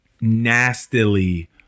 nastily